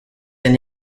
and